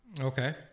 Okay